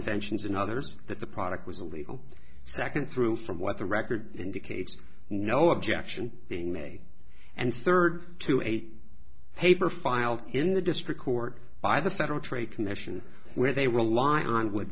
intentions and others that the product was a legal second through from what the record indicates no objection being made and third to a paper filed in the district court by the federal trade commission where they rely on what